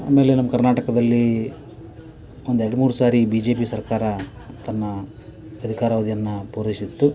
ಆಮೇಲೆ ನಮ್ಮ ಕರ್ನಾಟಕದಲ್ಲಿ ಒಂದೆರಡು ಮೂರು ಸಾರಿ ಬಿ ಜೆ ಪಿ ಸರ್ಕಾರ ತನ್ನ ಅಧಿಕಾರಾವಧಿಯನ್ನ ಪೂರೈಸಿತ್ತು